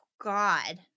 God